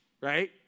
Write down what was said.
right